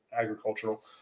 agricultural